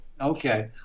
Okay